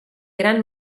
gran